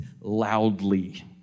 loudly